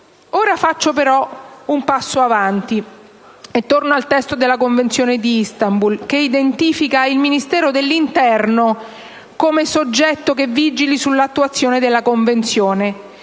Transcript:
Ora faccio un passo avanti e torno al testo della Convenzione di Istanbul, che identifica nel Ministero dell'interno il soggetto deputato a vigilare sull'attuazione della Convenzione.